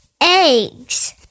eggs